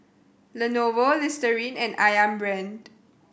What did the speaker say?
Lenovo Listerine and Ayam Brand